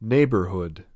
Neighborhood